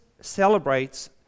celebrates